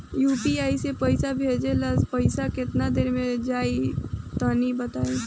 UPI से पईसा भेजलाऽ से पईसा केतना देर मे जाई तनि बताई?